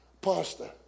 pastor